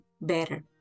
better